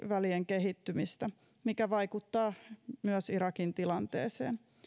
välien kehittymistä mikä vaikuttaa myös irakin tilanteeseen